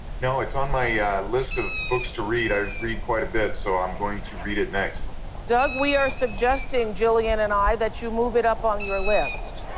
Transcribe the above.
no. it's on my list of books to read. i read quite a bit so i'm going to read it next. winfrey doug, we are suggesting, jillian and i, that you move it up on your list.